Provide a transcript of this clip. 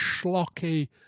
schlocky